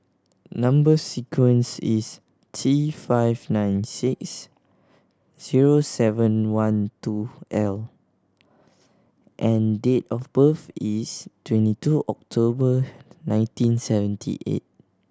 number sequence is T five nine six zero seven one two L and date of birth is twenty two October nineteen seventy eight